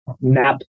map